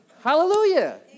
hallelujah